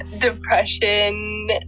depression